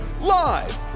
live